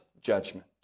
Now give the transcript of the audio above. judgment